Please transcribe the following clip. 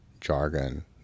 jargon